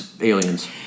aliens